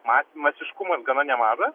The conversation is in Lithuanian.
mas masiškumas gana nemažas